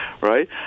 right